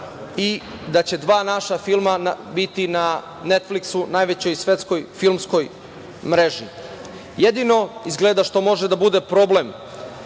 i da će dva naša filma biti na „Netfliksu“, najvećoj svetskoj filmskoj mreži. Jedino, izgleda, što može da bude problem